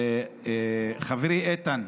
חברי איתן,